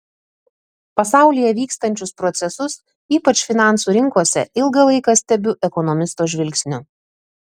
pasaulyje vykstančius procesus ypač finansų rinkose ilgą laiką stebiu ekonomisto žvilgsniu